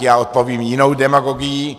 Já odpovím jinou demagogií.